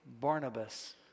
Barnabas